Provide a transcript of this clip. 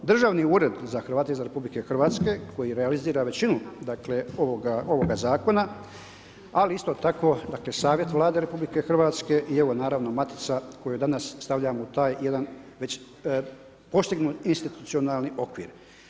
Državni ured za Hrvate izvan RH koji realizira većinu ovoga Zakona, ali isto tako Savjet Vlade RH i evo, naravno Matica koju danas stavljamo u taj jedan već postignut institucionalni okvir.